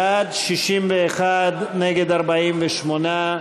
בעד, 61, נגד, 48,